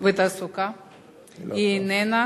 4088 בעניין שינוי בסדר עדיפויות בתקציב המדינה